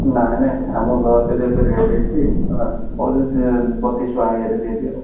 ନାହିଁ ନାହିଁ ଆମକୁ ଲସ୍ ହେଇଯିବ ଏବେ ରେଟ୍ ହେଇଛି ହଉ ଯଦି ବତିଶ ଟଙ୍କା ଇଏରେ ଦେବି ଆଉ